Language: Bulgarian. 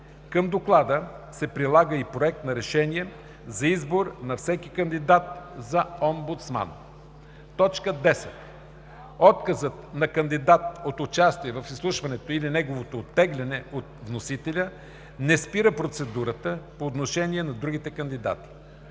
Към доклада се прилага и проект на решение за избор на всеки кандидат за омбудсман. 10. Отказът на кандидат от участие в изслушването или неговото оттегляне от вносителя не спира процедурата по отношение на другите кандидати.